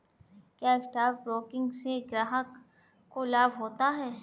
क्या stock broking से ग्राहक को लाभ होता है?